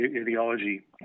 ideology